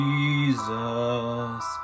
Jesus